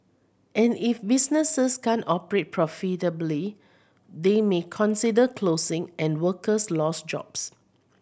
and if businesses can't operate profitably they may consider closing and workers lose jobs